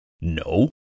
no